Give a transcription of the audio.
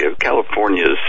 California's